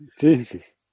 Jesus